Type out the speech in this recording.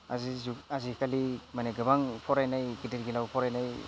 आजिकालि माने गोबां फरायनाय गिदिर गोलाव फरायनाय